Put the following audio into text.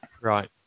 Right